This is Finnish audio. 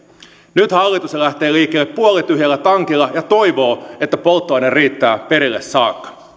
nyt hallitus lähtee liikkeelle puolityhjällä tankilla ja toivoo että polttoaine riittää perille saakka